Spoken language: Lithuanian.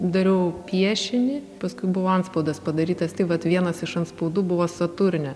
dariau piešinį paskui buvo antspaudas padarytas tai vat vienas iš antspaudų buvo saturnė